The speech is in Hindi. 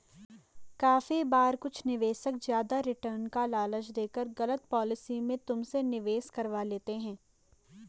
काफी बार कुछ निवेशक ज्यादा रिटर्न का लालच देकर गलत पॉलिसी में तुमसे निवेश करवा लेते हैं